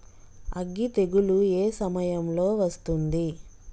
అగ్గి తెగులు ఏ సమయం లో వస్తుంది?